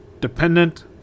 dependent